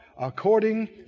according